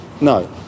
No